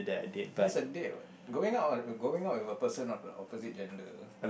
that's a date what going out wi~ going out with a person of the opposite gender